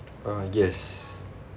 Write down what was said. uh yes